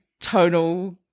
tonal